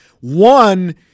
one